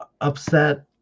upset